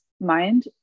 mind